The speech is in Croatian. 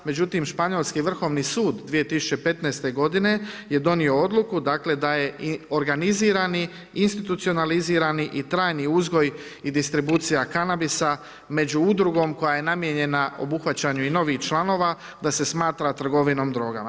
Međutim, španjolski vrhovni sud 2015. godine je donio odluku da je organizirani, institucionalizirani i trajni uzgoj i distribucija kanabisa među udrugom koja je namijenjena obuhvaćanju i novih članova, da se smatra trgovinom drogama.